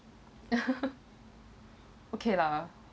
okay lah